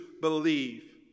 believe